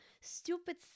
stupid